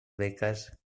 becas